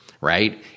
right